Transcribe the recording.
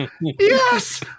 yes